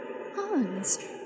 Hans